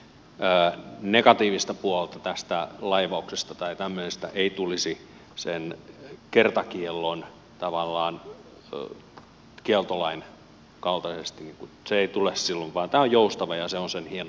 tätä negatiivista puolta tästä laivauksesta tai tämmöisestä ei tulisi sen kertakiellon takia tavallaan kieltolain kaltaisen silloin vaan tämä on joustava ja se on sen hienoin ominaisuus